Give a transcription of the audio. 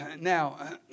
Now